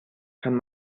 kann